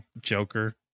joker